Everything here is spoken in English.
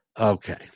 Okay